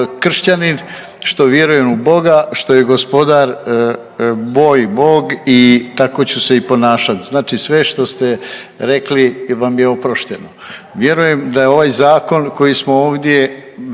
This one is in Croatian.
titula što sam kršćanin, što vjerujem u boga, što je gospodar moj bog i tako ću se i ponašati. Znači sve što ste rekli vam je oprošteno. Vjerujem da ovaj zakon koji smo ovdje